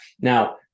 Now